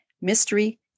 mystery